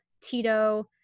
Tito